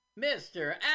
Mr